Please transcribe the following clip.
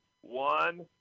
one